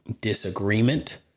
disagreement